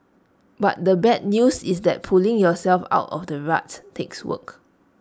but the bad news is that pulling yourself out of the rut takes work